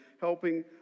helping